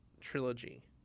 trilogy